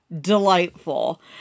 delightful